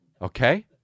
Okay